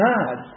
God